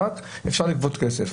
רק אפשר לגבות כסף.